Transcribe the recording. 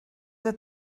that